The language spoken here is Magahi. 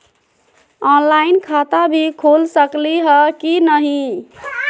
ऑनलाइन खाता भी खुल सकली है कि नही?